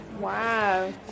Wow